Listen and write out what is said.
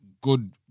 good